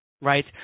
right